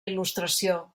il·lustració